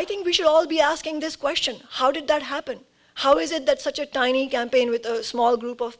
i think we should all be asking this question how did that happen how is it that such a tiny campaign with a small group of